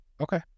Okay